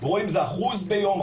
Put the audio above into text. רואים זה אחוז ביום,